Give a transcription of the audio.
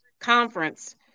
conference